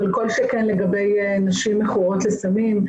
אבל כל שכן לגבי נשים מכורות לסמים.